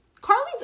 Carly's